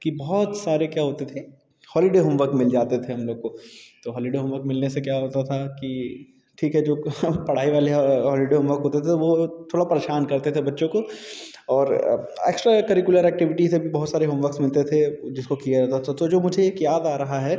कि बहुत सारे क्या होते थे हॉलीडे होमवर्क मिल जाते थे हम लोग को तो हॉलीडे होमवर्क मिलने से क्या होता था कि ठीक है जो कम पढ़ाई वाले हॉलीडे होमवर्क होते थे वो थोड़ा परेशान करते थे बच्चों को और एक्श्ट्रा करीकुलर एक्टिविटी से भी बहुत सारे होमवर्क्स मिलते थे जिसको किया जाता था तो जो मुझे एक याद आ रहा है